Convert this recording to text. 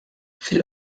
fil